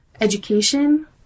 education